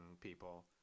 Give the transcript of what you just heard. people